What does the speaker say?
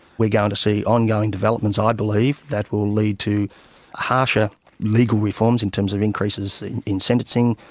we're going to see ongoing developments, i believe, that will lead to harsher legal reforms in terms of increases in sentencing.